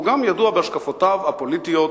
והוא גם ידוע בהשקפותיו הפוליטיות